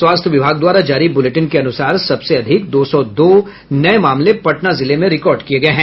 स्वास्थ्य विभाग द्वारा जारी बुलेटिन के अनुसार सबसे अधिक दो सौ दो नये मामले पटना जिले में रिकॉर्ड किये गये हैं